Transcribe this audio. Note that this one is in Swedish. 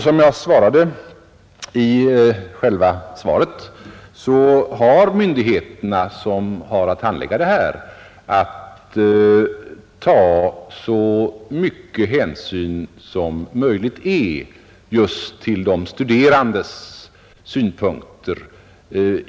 Som jag sade i svaret har de myndigheter som har att handlägga saken att ta så mycket hänsyn som möjligt just till de studerandes synpunkter.